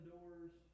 doors